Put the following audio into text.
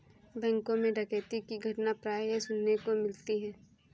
बैंकों मैं डकैती की घटना प्राय सुनने को मिलती है